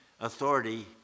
authority